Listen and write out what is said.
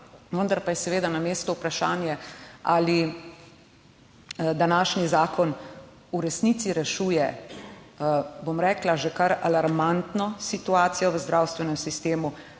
Vendar pa je seveda na mestu vprašanje, ali današnji zakon v resnici rešuje, bom rekla, že kar alarmantno situacijo v zdravstvenem sistemu?